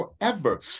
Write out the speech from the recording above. forever